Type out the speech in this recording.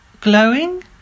glowing